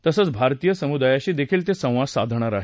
तसंच भारतीय समुदायाशी देखील ते संवाद साधणार आहेत